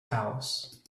house